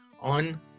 on